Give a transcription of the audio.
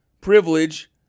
privilege